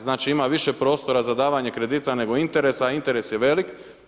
Znači, ima više prostora za davanje kredita nego interesa, a interes je velik.